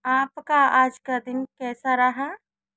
आपका आज का दिन कैसा रहा